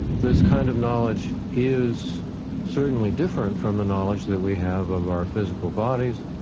this kind of knowledge is certainly different from the knowledge that we have of our physical bodies,